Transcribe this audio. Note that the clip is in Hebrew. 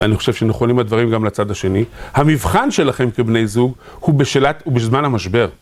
אני חושב שנכונים הדברים גם לצד השני. המבחן שלכם כבני זוג הוא בזמן המשבר.